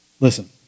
Listen